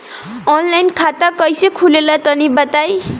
Offline खाता कइसे खुलेला तनि बताईं?